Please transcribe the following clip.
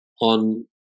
on